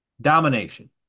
domination